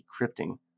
decrypting